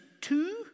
two